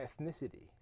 ethnicity